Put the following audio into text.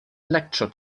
lecture